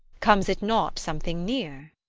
comes it not something near?